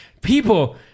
people